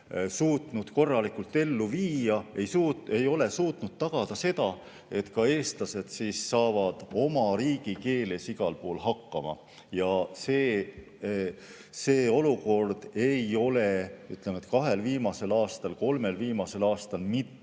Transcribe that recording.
suutnud korralikult ellu viia. Ei ole suutnud tagada seda, et eestlased saavad oma riigikeeles igal pool hakkama. Ja see olukord ei ole, ütleme, et kahel viimasel aastal või kolmel viimasel aastal mitte